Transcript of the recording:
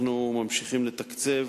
אנחנו ממשיכים לתקצב.